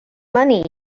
money